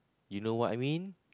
you know what I mean